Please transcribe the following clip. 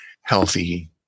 healthy